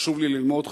חשוב לי ללמוד,